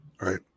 right